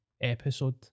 episode